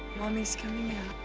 mommy's coming